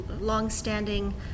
long-standing